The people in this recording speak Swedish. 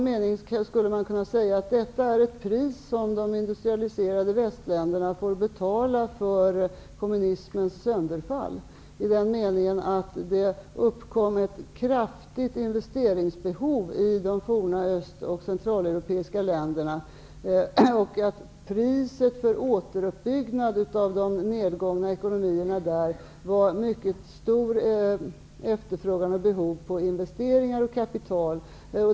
Man skulle kunna säga att detta är ett pris som de industrialiserade västländerna får betala för kommunismens sönderfall, i den meningen att det uppkom ett kraftigt investeringsbehov i de tidigare kommunistiska öst och centraleuropeiska länderna. Priset för återbyggnad av de nedgångna ekonomierna där är ett mycket stort behov av investeringar och kapital.